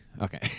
Okay